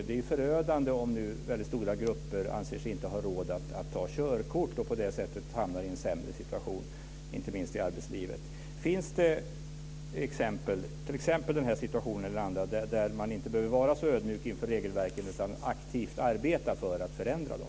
Det är förödande om stora grupper inte anser sig att ha råd att ta körkort och på det sättet hamnar i en sämre situation, inte minst i arbetslivet. Finns det några exempel på en situation där man inte behöver vara så ödmjuk inför EU:s regelverk utan där man aktivt kan arbeta för att förändra det?